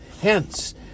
hence